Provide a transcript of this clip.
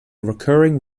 recurring